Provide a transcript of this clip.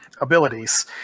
abilities